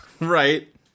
Right